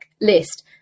list